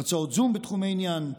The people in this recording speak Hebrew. הרצאות זום בתחומי עניין,